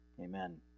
amen